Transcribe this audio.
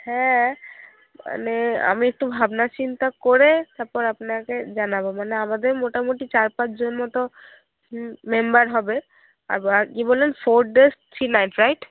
হ্যাঁ মানে আমি একটু ভাবনাচিন্তা করে তারপর আপনাকে জানাবো মানে আমাদের মোটামোটি চার পাঁচজন মতো মেম্বার হবে আবার কি বললেন four days three night right